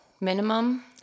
minimum